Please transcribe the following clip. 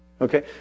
Okay